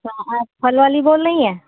क्या आप फलवाली बोल रही हैं